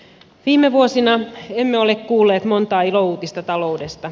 viime vuosina emme ole kuulleet montaa ilouutista taloudesta